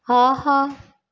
ஆஹா